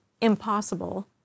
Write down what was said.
impossible